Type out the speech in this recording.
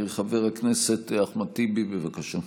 חבר הכנסת אחמד טיבי, בבקשה.